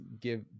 give